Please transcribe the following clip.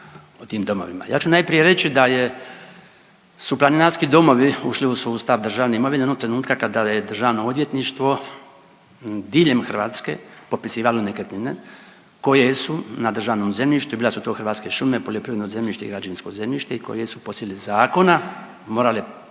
Ja ću najprije reći da su planinarski domovi ušli u sustav Državne imovine onog trenutka kada je Državno odvjetništvo diljem Hrvatske popisivalo nekretnine koje su na državnom zemljištu. Bile su to hrvatske šume, poljoprivredno zemljište i građevinsko zemljište i koje su po sili zakona morale biti